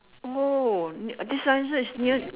oh this one is near